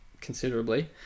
considerably